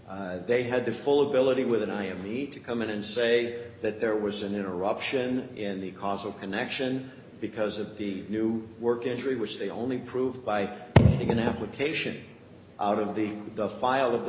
they had the full ability with an eye in the to come in and say that there was an eruption in the causal connection because of the new work injury which they only proved by an application out of the the